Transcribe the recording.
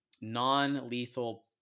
non-lethal